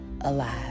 alive